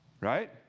right